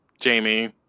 Jamie